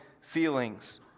feelings